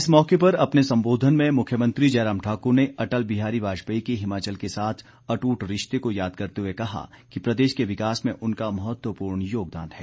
इस मौके पर अपने संबोधन में मुख्यमंत्री जयराम ठाकुर ने अटल बिहारी वाजपेयी के हिमाचल के साथ अट्रट रिश्ते को याद करते हुए कहा कि प्रदेश के विकास में उनका महत्वपूर्ण योगदान है